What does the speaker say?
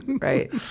Right